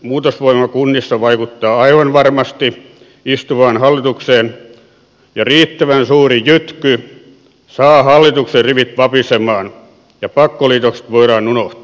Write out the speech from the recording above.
muutosvoima kunnissa vaikuttaa aivan varmasti istuvaan hallitukseen ja riittävän suuri jytky saa hallituksen rivit vapisemaan ja pakkoliitokset voidaan unohtaa